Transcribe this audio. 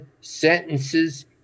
sentences